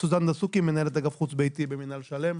סוזן דסוקי, מנהלת אגף חוץ ביתי במינהל של"מ,